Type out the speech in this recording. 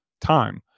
time